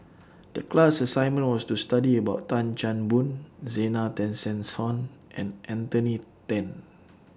The class assignment was to study about Tan Chan Boon Zena Tessensohn and Anthony Then